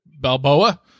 Balboa